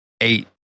eight